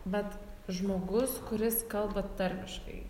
bet žmogus kuris kalba tarmiškai